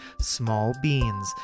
smallbeans